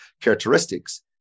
characteristics